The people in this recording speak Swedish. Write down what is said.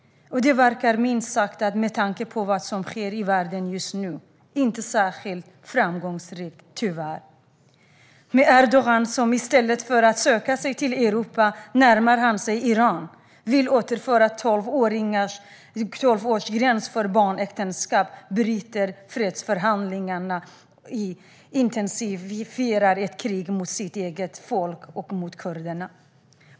Med tanke på vad som sker i världen just nu verkar det arbetet minst sagt inte särskilt framgångsrikt - tyvärr. Vi ser Erdogan, som i stället för att söka sig till Europa närmar sig Iran, vill återinföra tolvårsgräns för barnäktenskap, avbryter fredsförhandlingar och intensifierar kriget mot sitt eget folk och mot kurderna.